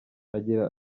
agira